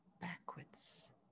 backwards